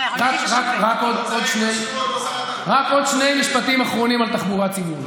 רק עוד שני משפטים אחרונים על תחבורה ציבורית.